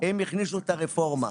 הם הכניסו את הרפורמה,